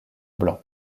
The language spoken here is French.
blanc